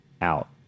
out